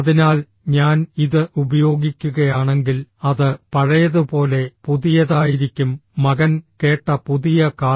അതിനാൽ ഞാൻ ഇത് ഉപയോഗിക്കുകയാണെങ്കിൽ അത് പഴയതുപോലെ പുതിയതായിരിക്കും മകൻ കേട്ട പുതിയ കാർ